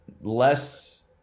less